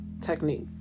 technique